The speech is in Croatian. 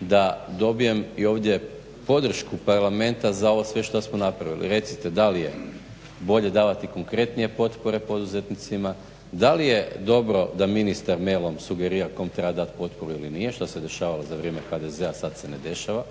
da dobijem i ovdje podršku Parlamenta za ovo sve što smo napravili. Recite da li je bolje davati konkretnije potpore poduzetnicima, da li je dobro da ministar mailom sugerira kom treba dati potporu ili nije, što se dešavalo za vrijeme HDZ-a sad se ne dešava.